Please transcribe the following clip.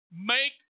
make